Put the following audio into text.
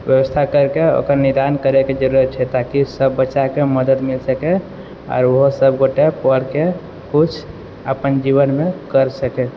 व्यवस्था करके ओकर निदान करैके जरूरत छै ताकि सब बच्चाके मदति मिल सकै आओर उहो सबगोटे पढ़के कुछ अपन जीवनमे कर सकै